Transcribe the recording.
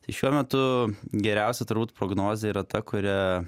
tai šiuo metu geriausia turbūt prognozė yra ta kurią